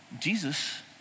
Jesus